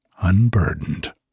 unburdened